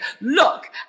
look